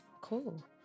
cool